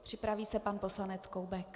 Připraví se pan poslanec Koubek.